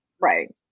right